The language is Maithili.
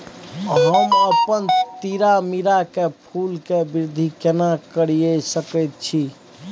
हम अपन तीरामीरा के फूल के वृद्धि केना करिये सकेत छी?